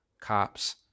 cops